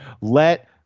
Let